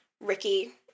Ricky